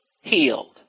healed